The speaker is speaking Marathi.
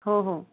हो हो